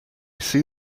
see